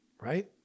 right